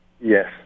Yes